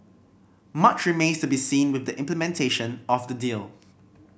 much remains to be seen with the implementation of the deal